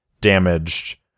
damaged